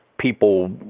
people